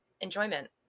enjoyment